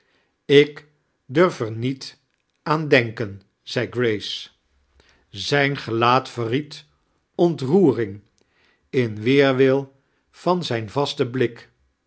ik durf er niet aan denken zeide grace zijin gelaat verried ontroering in weerwil vain zijn vasten blik